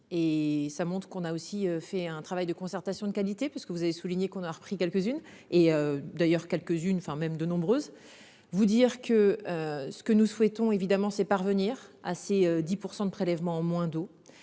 et ça montre qu'on a aussi fait un travail de concertation de qualité parce que vous avez souligné qu'on a repris quelques-unes et d'ailleurs quelques-unes, enfin même de nombreuses. Vous dire que. Ce que nous souhaitons, évidemment, c'est parvenir à ces 10% de prélèvements en moins d'eau